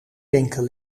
winkel